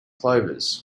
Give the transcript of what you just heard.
clovers